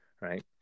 Right